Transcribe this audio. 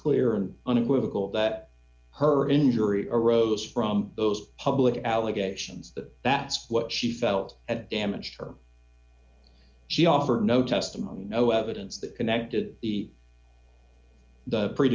clear and unequivocal that her injury arose from those public allegations that that's what she felt at damage her she offered no testimony no evidence that connected the